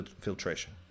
filtration